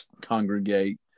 congregate